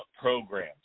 programs